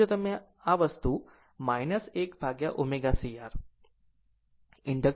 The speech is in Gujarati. અને જો તમે અથવા આ વસ્તુ 1 ભાગ્યા ω c R